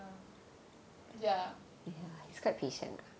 ya